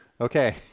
Okay